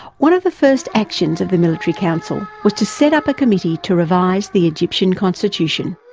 one of the first actions of the military council was to set up a committee to revise the egyptian constitution.